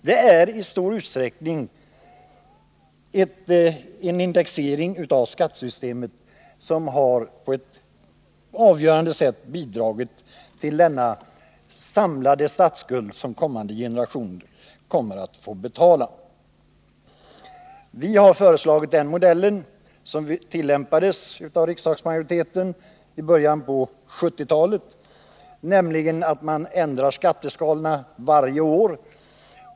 Det är i stor utsträckning indexregleringen av skattesystemet som på ett avgörande sätt har bidragit till denna samlade statsskuld, som kommande generationer får betala. Vi har föreslagit den modell som tillämpades av riksdagsmajoriteten i början på 1970-talet, nämligen att vi ändrar skatteskalorna varje år.